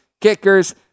kickers